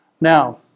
Now